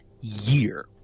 year